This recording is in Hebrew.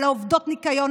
על עובדות הניקיון,